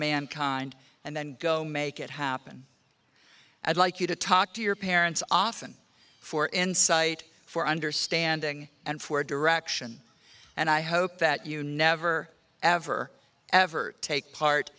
mankind and then go make it happen i'd like you to talk to your parents often for insight for understanding and for direction and i hope that you never ever ever take part